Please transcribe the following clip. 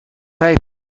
vijf